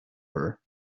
her